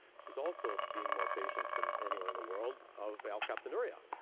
she's also seen more patients than anyone in the world of valcapinurea.